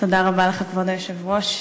כבוד היושב-ראש,